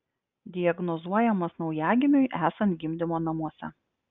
diagnozuojamas naujagimiui esant gimdymo namuose